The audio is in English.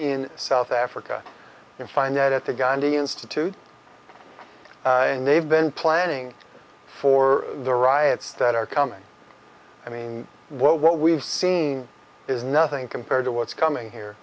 in south africa you find that at the gandhi institute and they've been planning for the riots that are coming i mean what we've seen is nothing compared to what's coming here